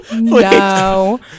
No